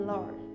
Lord